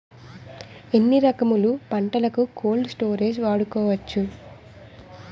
ఎన్ని రకములు పంటలకు కోల్డ్ స్టోరేజ్ వాడుకోవచ్చు?